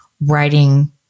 writing